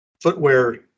footwear